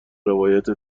روایت